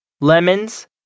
lemons